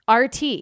RT